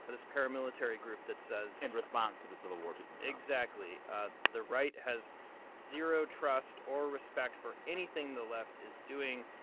ah this paramilitary group that says. in response to the civil war tweet from trump exactly ah the right has zero trust or respect for anything the left is doing.